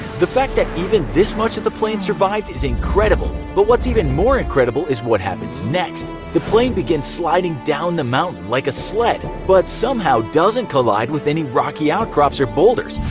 the fact that even this much of the plane survived is incredible. but what's even more incredible is what happens next. the plane begins sliding down the mountain like a sled but somehow doesn't collide with any rocky outcrops or boulders,